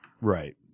Right